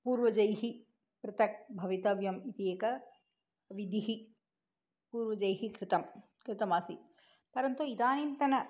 पूर्वजैः पृथक् भवितव्यम् इति एका विधिः पूर्वजैः कृतं कृतम् आसीत् परन्तु इदानीन्तन